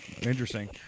Interesting